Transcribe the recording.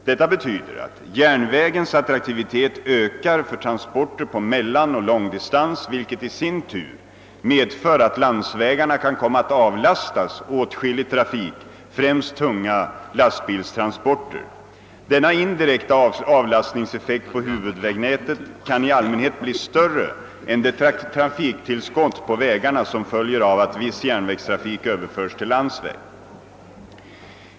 Detta betyder att järnvägens attraktivitet ökar för transporter på mellanoch långdistans, vilket i sin tur medför att landsvägarna kan komma att avlastas åtskillig trafik, främst tunga lastbilstransporter. Denna indirekta avlastningseffekt på huvudvägnätet kan i allmänhet bli större än det trafiktillskott på vägarna som följer av att viss järnvägstrafik överförs till landsväg.